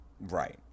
Right